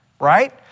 right